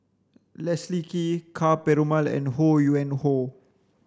Leslie Kee Ka Perumal and Ho Yuen Hoe